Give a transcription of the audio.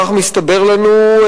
כך מסתבר לנו,